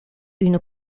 une